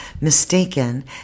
mistaken